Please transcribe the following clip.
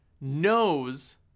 knows